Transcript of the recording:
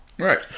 Right